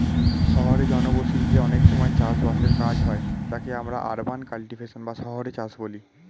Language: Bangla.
শহুরে জনবসতিতে অনেক সময় চাষ বাসের কাজ হয় যাকে আমরা আরবান কাল্টিভেশন বা শহুরে চাষ বলি